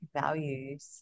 values